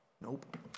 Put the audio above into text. Nope